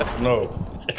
No